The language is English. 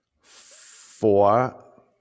four